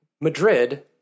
Madrid